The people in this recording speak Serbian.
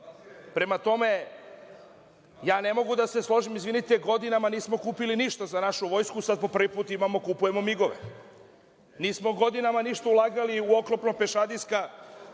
tome, ne mogu da se složim, izvinite, godinama nismo kupili ništa za našu vojsku, sad po prvi put imamo, kupujemo Migove. Nismo godinama ništa ulagali u oklopno pešadijsko